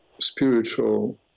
spiritual